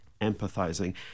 empathizing